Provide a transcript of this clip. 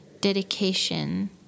dedication